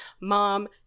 Mom